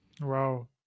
Wow